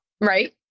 right